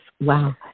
Wow